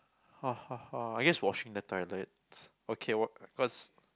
I guess washing the toilets okay wa~ cause